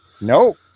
Nope